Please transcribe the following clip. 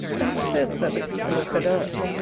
and he says, that the people of cadara,